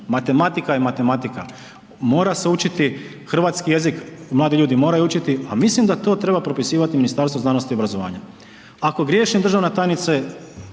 matematika je matematika, mora se učiti, hrvatski jezik mladi ljudi moraju učiti, a mislim da to treba propisivati Ministarstvo znanosti i obrazovanja. Ako griješim državna tajnice